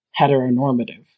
heteronormative